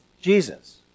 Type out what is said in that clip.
Jesus